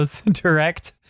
direct